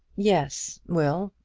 yes, will,